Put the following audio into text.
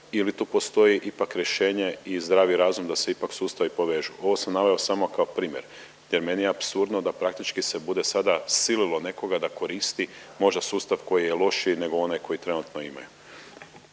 ili tu postoji ipak rješenje i zdravi razum da se ipak sustavi povežu. Ovo sam naveo samo kao primjer, gdje je meni apsurdno da praktički se bude sada sililo nekoga da koristi možda sustav koji je lošiji nego onaj koji trenutno imaju.